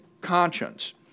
conscience